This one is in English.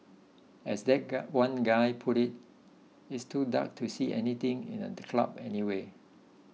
as that guy one guy put it it's too dark to see anything in a the club anyway